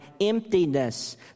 emptiness